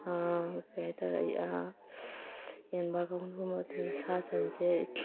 ꯀꯔꯤ ꯍꯥꯏꯇꯔꯦ ꯌꯦꯟꯕꯥ ꯀꯥꯎꯅꯕ ꯃꯇꯝꯗ ꯁꯥ ꯁꯟꯁꯦ